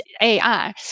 AI